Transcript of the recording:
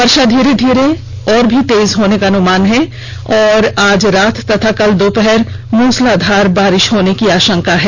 वर्षा धीरे धीरे और तेज होने का अनुमान है और आज रात तथा कल दोपहर मूसलाधार बारिश होने की आशंका है